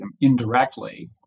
indirectly